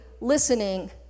listening